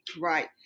Right